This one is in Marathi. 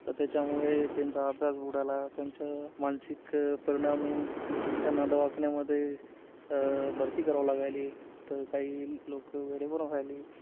तर त्याच्यामुळे त्यांचा अभ्यास बुडाला त्यांचं मानसिक परिणाम होऊन त्यांना दवाखान्यामध्ये भरती करावं लागायली तर काही लोकं वेडे पण व्हायली